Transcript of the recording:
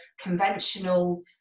conventional